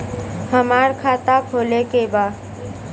हमार खाता खोले के बा?